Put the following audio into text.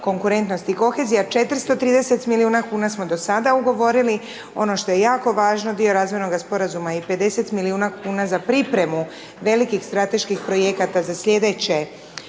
konkurentnosti i kohezija, 430 milijuna kn smo do sada ugovorili, ono što je jako važno dio razvojnog sporazuma je 50 milijuna kn za pripremu velikih strateških projekata za sljedeće